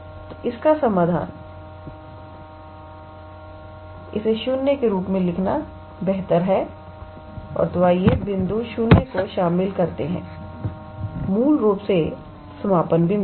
तो इसका समाधान इसे 0 के रूप में लिखना बेहतर है और तो आइए बिंदु 0 को शामिल करते हैं मूल रूप से समापन बिंदु